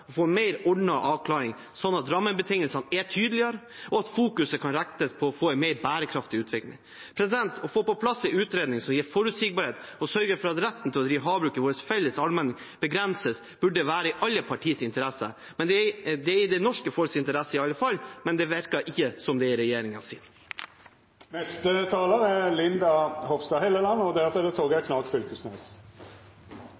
å få en mer ordnet avklaring, slik at rammebetingelsene blir tydeligere, og at fokuseringen kan rettes mot å få en mer bærekraftig utvikling. Å få på plass en utredning som gir forutsigbarhet og sørger for at retten til å drive havbruk i vår felles allmenning begrenses, burde være i alle partiers interesse. Det er i det norske folks interesse, i alle fall, men det virker ikke som om det er i regjeringens. Man kan ved første øyekast se på dette forslaget og